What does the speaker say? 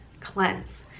cleanse